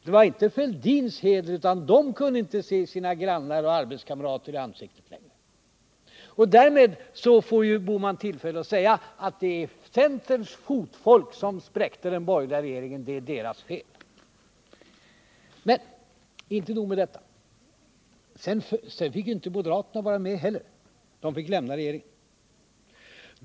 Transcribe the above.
Det var inte herr Fälldins heder som det gällde, utan centerns fotfolk kunde inte se sina grannar och arbetskamrater i ögonen längre. Därmed får ju herr Bohman tillfälle att säga att det var centerns fotfolk som spräckte den borgerliga regeringen — det är deras fel. Men inte nog med detta. Sedan fick ju inte moderaterna vara med heller. De fick lämna regeringen.